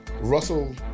Russell